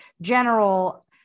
general